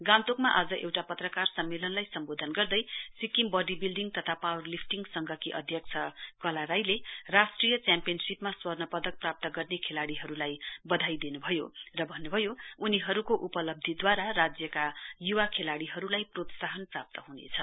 गान्तोकमा आज एउटा पत्रकार सम्मेलनलाई सम्बोधन गर्दै सिक्किम वडी विल्डिङ तथा पावर लिफ्टिङ संघकी अध्यक्ष कला राईले राष्ट्रिय च्याम्पियनशीपमा स्वर्णपदक प्राप्त गर्ने खेलाड़ीहरूलाई बधाई दिन्भयो र भन्नुभयो उनीहरूको उपलब्धीद्वारा राज्यमा युवा खेलाडीहरूलाई प्रोत्साहन प्राप्त ह्नेछ